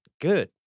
good